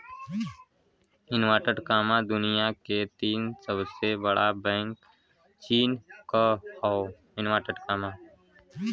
दुनिया के तीन सबसे बड़ा बैंक चीन क हौ